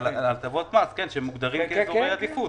על הטבות מס למי שמוגדרים כאזורי עדיפות,